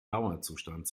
dauerzustand